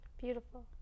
Beautiful